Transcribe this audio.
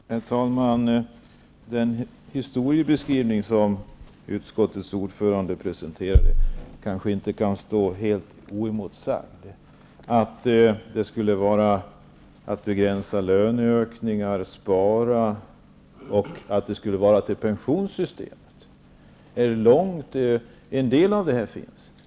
Herr talman! Den historiebeskrivning som utskottets ordförande presenterade kan inte stå helt oemotsagd, dvs. att sparandet skall vara till för att begränsa löneökningar och för pensionssystemet. En del av detta finns redan.